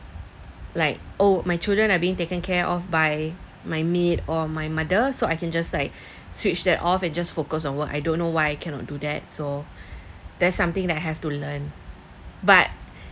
like oh my children are being taken care of by my maid or my mother so I can just like switch that off and just focus on work I don't know why I cannot do that so that's something that I have to learn but